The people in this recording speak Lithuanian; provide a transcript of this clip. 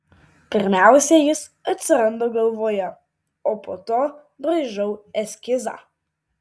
pirmiausia jis atsiranda galvoje o po to braižau eskizą